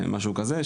משהו כזה.